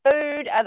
food